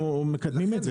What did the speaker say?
אנחנו מקדמים את זה.